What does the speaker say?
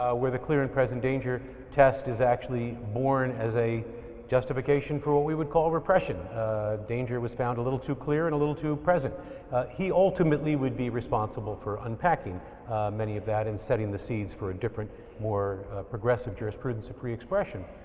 where the clear and present danger test is actually born as a justification for what we would call repression. the danger was found a little too clear and a little too present hhe ultimately would be responsible for unpacking many of that and setting the seeds for a different more progressive jurisprudence of free expression,